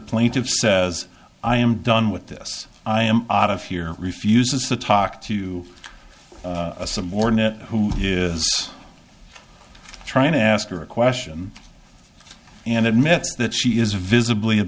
plaintiffs says i am done with this i am not of here refuses to talk to a subordinate who is trying to ask her a question and admits that she is visibly